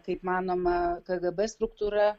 kaip manoma kgb struktūra